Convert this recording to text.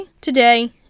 today